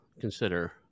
consider